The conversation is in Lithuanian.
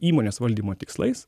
įmonės valdymo tikslais